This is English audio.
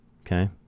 Okay